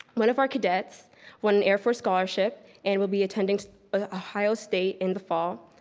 one of our cadets won an air force scholarship and will be attending ah ohio state in the fall.